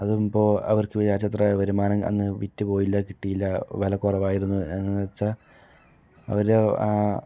അതും ഇപ്പോൾ അവർക്ക് വിചാരിച്ച അത്ര വരുമാനം അന്ന് വിറ്റു പോയില്ല കിട്ടില്ല വില കുറവായിരുന്നു എന്ന് വെച്ച് അവരെ ആ